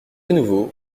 nouveau